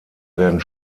werden